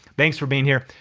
thanks for being here.